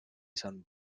sant